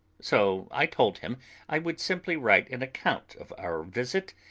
so i told him i would simply write an account of our visit,